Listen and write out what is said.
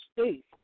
state